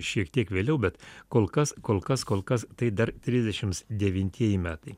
šiek tiek vėliau bet kol kas kol kas kol kas tai dar trisdešims devintieji metai